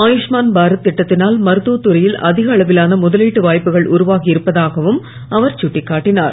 ஆயுஷ்மான் பாரத் திட்டத்தினால் மருத்துவ துறையில் அதிக அளவிலான முதலீட்டு வாய்ப்புகள் உருவாகி இருப்பதாகவும் அவர் கட்டிக்காட்டினார்